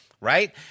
Right